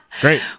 Great